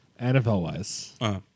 NFL-wise